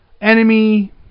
enemy